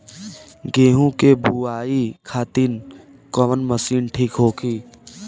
गेहूँ के बुआई खातिन कवन मशीन ठीक होखि?